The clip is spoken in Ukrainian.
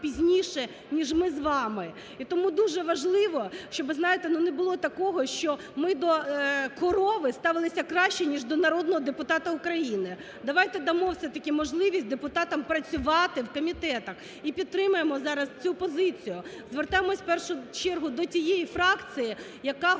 пізніше, ніж ми з вами. І тому дуже важливо, щоб, ви знаєте, ну не було такого, що ми до корови ставилися краще, ніж до народного депутата України. Давайте дамо все-таки можливість депутатам працювати в комітетах. І підтримуємо зараз цю позицію. Звертаємося в першу чергу до тієї фракції, яка говорить